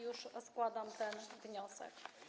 Już składam ten wniosek.